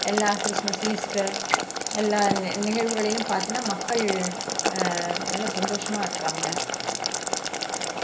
எல்லா Christmas Easter எல்லா நி நிகழ்வுகளிலும் பார்த்தினா மக்கள் நல்ல சந்தோஷமாக இருக்காங்க லைக்